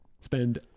spend